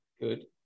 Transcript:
Good